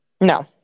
No